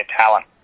talent